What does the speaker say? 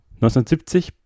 1970